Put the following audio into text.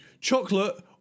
chocolate